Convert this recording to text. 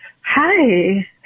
Hi